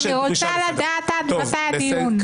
אני רוצה לדעת עד מתי הדיון.